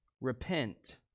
repent